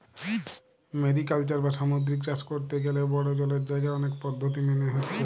mariculture বা সামুদ্রিক চাষ কোরতে গ্যালে বড়ো জলের জাগায় অনেক পদ্ধোতি মেনে হচ্ছে